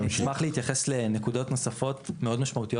אשמח להתייחס לנקודות נוספות מאוד משמעותיות